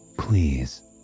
Please